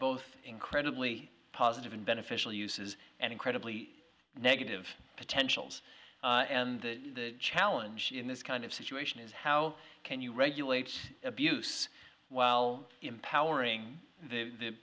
both incredibly positive and beneficial uses and incredibly negative potentials and the challenge in this kind of situation is how can you regulate abuse while empowering